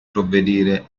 provvedere